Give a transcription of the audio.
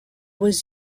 was